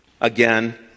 again